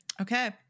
Okay